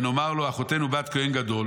ונאמר לו: אחותנו בת כוהן גדול,